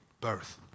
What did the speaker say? birth